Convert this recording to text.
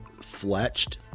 fletched